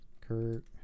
Kurt